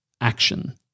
action